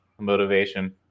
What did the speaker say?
motivation